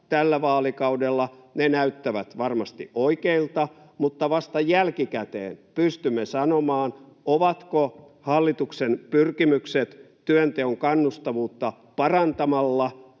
tällä vaalikaudella, näyttävät varmasti oikeilta, mutta vasta jälkikäteen pystymme sanomaan, ovatko hallituksen pyrkimykset työnteon kannustavuutta parantamalla